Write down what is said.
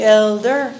elder